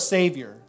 Savior